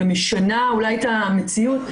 שמשנה אולי את המציאות,